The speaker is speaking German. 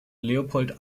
leopold